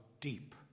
deep